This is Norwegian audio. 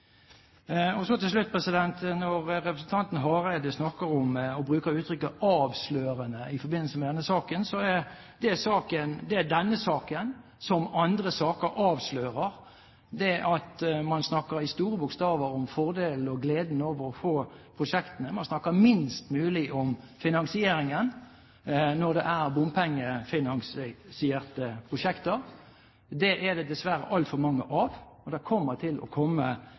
Til slutt vil jeg si når representanten Hareide bruker uttrykket avslørende i forbindelse med denne saken, at det denne saken – som andre saker – avslører, er at man snakker i store bokstaver om fordeler og gleden ved å få prosjektene, man snakker minst mulig om finansieringen når det er bompengefinansierte prosjekter. Det er det dessverre altfor mange av. Det vil også komme langt flere, og